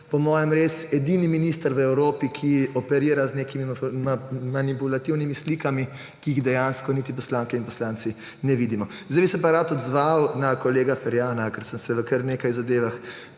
po mojem res edini minister v Evropi, ki operira z nekimi manipulativnimi slikami, ki jih dejansko niti poslanke in poslanci ne vidimo. Zdaj bi se pa rad odzval na kolega Ferjana, ker sem se v kar nekaj zadevah